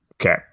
Okay